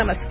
नमस्कार